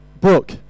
Brooke